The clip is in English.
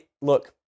look